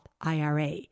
IRA